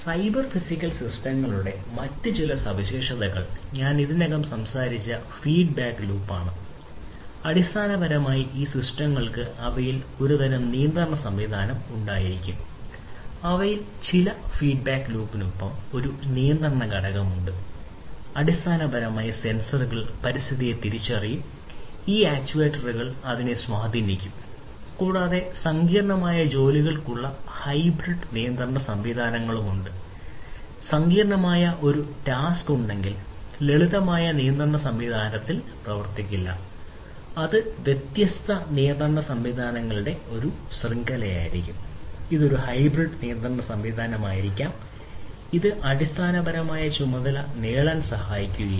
cyber physical സിസ്റ്റങ്ങളുടെ മറ്റ് ചില സവിശേഷതകൾ ഞാൻ ഇതിനകം സംസാരിച്ച ഒരു ഫീഡ്ബാക്ക് കൺട്രോൾ ലൂപ്പ് ഉണ്ടെങ്കിൽ ലളിതമായ നിയന്ത്രണ സംവിധാനങ്ങൾ പ്രവർത്തിക്കില്ല അത് വ്യത്യസ്ത നിയന്ത്രണ സംവിധാനങ്ങളുടെ ഒരു ശൃംഖലയായിരിക്കും ഇത് ഒരു ഹൈബ്രിഡ് നിയന്ത്രണ സംവിധാനമായിരിക്കും ഇത് അടിസ്ഥാനപരമായി ചുമതല നേടാൻ സഹായിക്കും